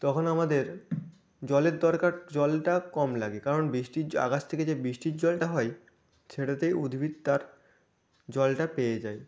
তখন আমাদের জলের দরকার জলটা কম লাগে কারণ বৃষ্টির জ আকাশ থেকে যে বৃষ্টির জলটা হয় সেটাতেই উদ্ভিদ তার জলটা পেয়ে যায়